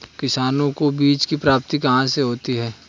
किसानों को बीज की प्राप्ति कहाँ से होती है?